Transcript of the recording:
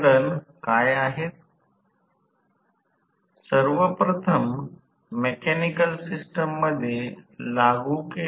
म्हणूनच या टॉर्क की हा एक 1 S हा एक याचा अर्थ 1 S ω S T 1 S PG आहे